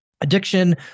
Addiction